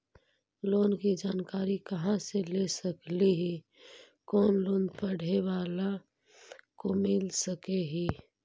Loan की जानकारी कहा से ले सकली ही, कोन लोन पढ़े बाला को मिल सके ही?